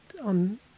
on